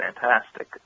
fantastic